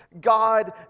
God